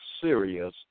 serious